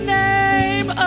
name